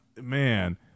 Man